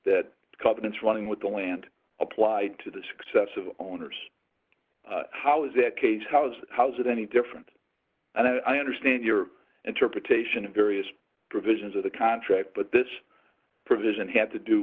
covenants running with the land applied to the success of owners how is that cage how's how's it any different and i understand your interpretation of various provisions of the contract but this provision had to do